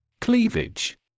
Cleavage